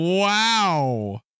wow